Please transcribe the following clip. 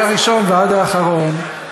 מהראשון ועד האחרון,